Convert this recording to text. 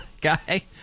guy